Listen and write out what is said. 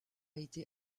été